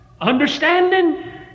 understanding